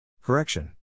Correction